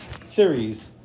series